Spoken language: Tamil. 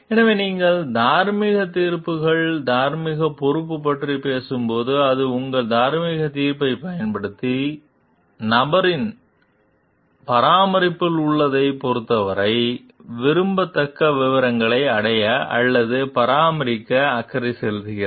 எனவே நீங்கள் தார்மீக தீர்ப்புகள் தார்மீக பொறுப்பு பற்றி பேசும்போது அது உங்கள் தார்மீக தீர்ப்பைப் பயன்படுத்தி நபரின் பராமரிப்பில் உள்ளதைப் பொறுத்தவரை விரும்பத்தக்க விவகாரங்களை அடைய அல்லது பராமரிக்க அக்கறை செலுத்துகிறது